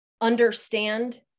understand